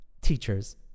teachers